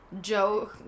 Joe